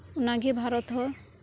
ᱚᱱᱟᱜᱤ ᱵᱷᱟᱨᱚᱛ ᱦᱚ